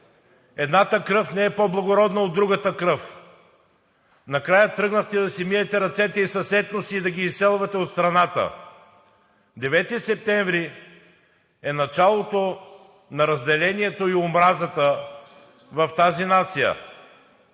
Едната кръв не е по-благородна от другата кръв. Накрая тръгнахте да си миете ръцете и с етноси, и да ги изселвате от страната. 9 септември е началото на разделението и омразата в тази нация.